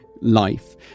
life